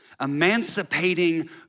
emancipating